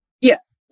Yes